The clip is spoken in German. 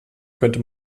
könnte